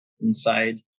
inside